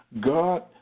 God